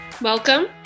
Welcome